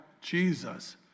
Jesus